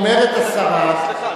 אומרת השרה, סליחה.